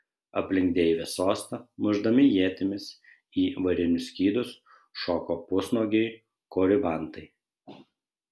aplink deivės sostą mušdami ietimis į varinius skydus šoko pusnuogiai koribantai